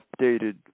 updated